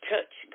Touch